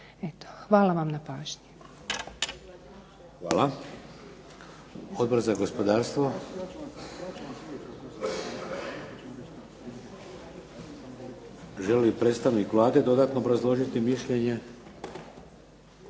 hvala vam na pažnji.